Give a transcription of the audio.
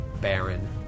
Baron